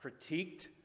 critiqued